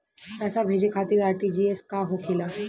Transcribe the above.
पैसा भेजे खातिर आर.टी.जी.एस का होखेला?